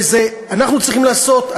אנחנו צריכים לעשות,